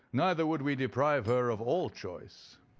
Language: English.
neither would we deprive her of all choice.